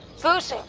first